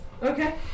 okay